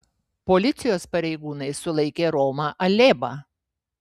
policijos pareigūnai sulaikė romą alėbą